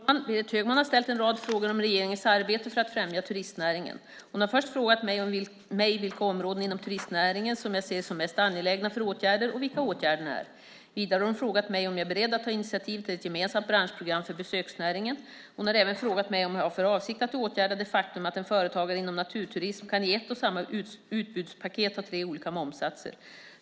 Fru talman! Berit Högman har ställt en rad frågor om regeringens arbete för att främja turistnäringen. Hon har först frågat mig vilka områden inom turistnäringen jag ser som mest angelägna för åtgärder och vilka åtgärderna är. Vidare har hon frågat mig om jag är beredd att ta initiativ till ett gemensamt branschprogram för besöksnäringen. Hon har även frågat mig om jag har för avsikt att åtgärda det faktum att en företagare inom naturturism i ett och samma utbudspaket kan ha tre olika momssatser.